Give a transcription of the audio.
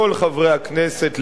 כל חברי הכנסת,